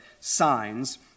signs